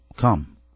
come